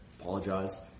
Apologize